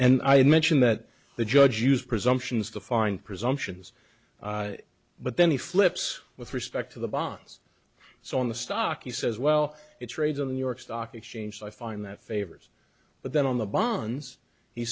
and i mentioned that the judge used presumptions to find presumptions but then he flips with respect to the bonds so on the stock he says well it's rays of new york stock exchange i find that favors but then on the bonds he